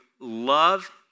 love